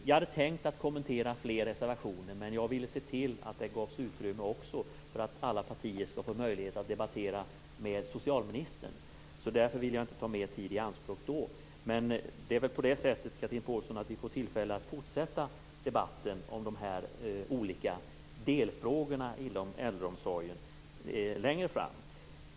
Jag hade tänkt kommentera fler reservationer, men jag ville se till att det också gavs utrymme för alla partier att debattera med socialministern. Därför ville jag inte ta mer tid i anspråk. Men vi får väl tillfälle, Chatrine Pålsson, att fortsätta debatten om de olika delfrågorna inom äldreomsorgen längre fram.